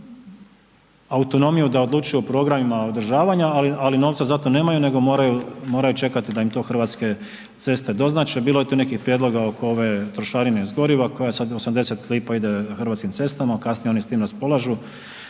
autonomiju da odlučuju o programima održavanja ali novca za to nemaju nego moraju čekati da im to Hrvatske ceste doznače, bilo je tu nekih prijedloga oko ove trošarine goriva koja sad 80 lp ide Hrvatskim cestama, kasnije oni s tim raspolažu,